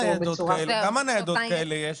כמה ניידות כאלה יש?